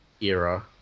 era